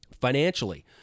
Financially